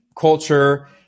culture